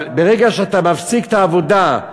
אבל ברגע שאתה מפסיק את העבודה,